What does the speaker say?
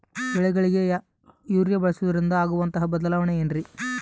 ಬೆಳೆಗಳಿಗೆ ಯೂರಿಯಾ ಬಳಸುವುದರಿಂದ ಆಗುವಂತಹ ಬದಲಾವಣೆ ಏನ್ರಿ?